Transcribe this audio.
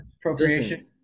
appropriation